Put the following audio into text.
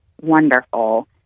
wonderful